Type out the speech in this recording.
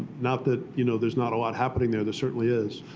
not that you know there's not a lot happening there, there certainly is.